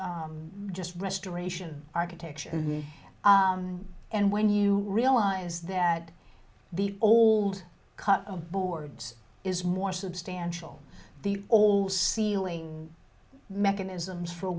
just restoration architecture and when you realize that the old cut of boards is more substantial the all ceiling mechanisms for